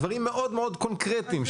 דברים מאוד מאוד קונקרטיים,